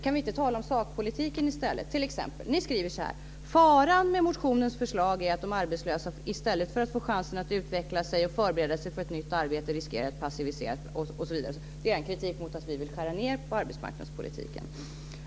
Kan vi inte tala om sakpolitiken i stället? Ni skriver t.ex. så här: Faran med motionens förslag är att de arbetslösa i stället för att få chansen att utveckla sig och förbereda sig för ett nytt arbete riskerar att passiviseras. Det är er kritik mot att vi vill skära ned på arbetsmarknadspolitiken.